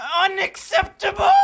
unacceptable